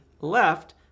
left